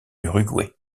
uruguay